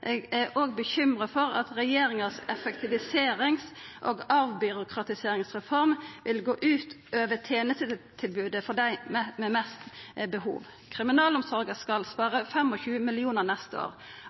Eg er òg bekymra for at effektiviserings- og avbyråkratiseringsreforma til regjeringa vil gå ut over tenestetilbodet for dei med størst behov. Kriminalomsorga skal